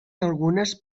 algunes